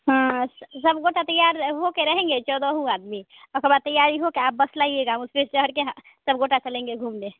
हँ सब गोटा तैयार हो के रहेंगे चौदह आदमी उसके बाद तैयारी हो कर आप बस लाइएगा उस पर चढ़ के ह सब गोटा चलेंगे घूमने